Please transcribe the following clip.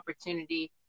opportunity